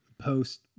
post